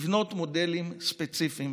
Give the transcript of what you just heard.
לבנות מודלים ספציפיים,